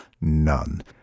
none